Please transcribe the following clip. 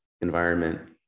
environment